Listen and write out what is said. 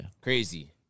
Crazy